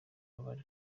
bari